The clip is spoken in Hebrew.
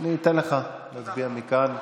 אני אתן לך להצביע מכאן.